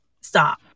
stop